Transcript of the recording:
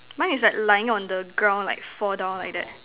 mine is like lying on the ground like fall down like that